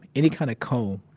any kind of comb,